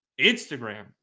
Instagram